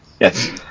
yes